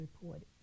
reported